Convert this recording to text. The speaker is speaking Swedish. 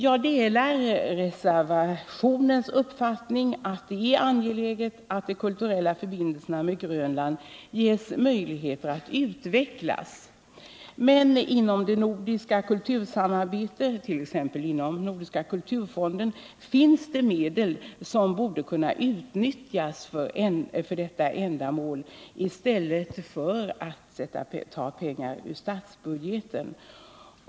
Jag delar reservationens uppfattning att det är angeläget att de kulturella förbindelserna med Grönland ges möjlighet att utvecklas. Men inom det nordiska kultursamarbetet, t.ex. inom Nordiska kulturfonden, finns medel som borde kunna utnyttjas för detta ändamål i stället för att man tar pengar ur statsbudgeten.